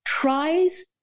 tries